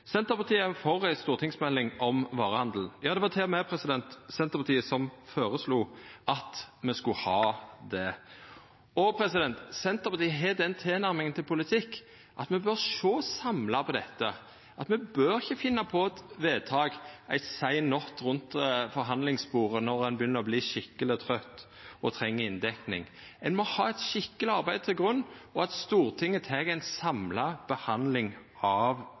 Senterpartiet er for ei stortingsmelding om varehandel. Ja, det var til og med Senterpartiet som føreslo at me skulle få det. Senterpartiet har den tilnærminga til politikk at me bør sjå samla på dette. Me bør ikkje finna på eit vedtak ei sein natt rundt forhandlingsbordet når ein begynner å verta skikkeleg trøtt og treng å dekkja inn utgiftene. Ein må leggja eit skikkeleg arbeid til grunn, og Stortinget må ta ei samla behandling av